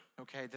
okay